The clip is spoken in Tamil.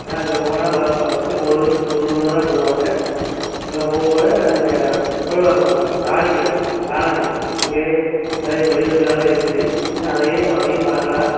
ஏன்னா அங்கே போனால் வ வர்ஷத்துக்கு ஒரு ஒரு முறை தான் போவாங்க அங்கே போகும் போது அங்கே காடுகள் கானகம் அங்கே நிறைய மிருகங்களெல்லாம் இருக்குது அதையும் அதையும் பார்க்குலாம்